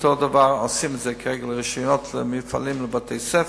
כרגע עושים את זה ברשיונות למפעלים ולבתי-ספר.